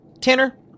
Tanner